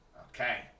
Okay